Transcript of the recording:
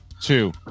two